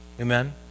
Amen